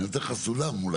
אני נותן לכם סולם.